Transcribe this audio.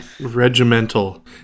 regimental